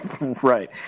Right